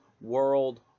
world